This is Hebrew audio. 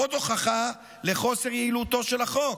עוד הוכחה לחוסר יעילותו של החוק.